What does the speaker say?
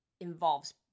involves